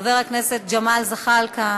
חבר הכנסת ג'מאל זחאלקה